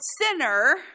sinner